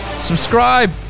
subscribe